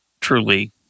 truly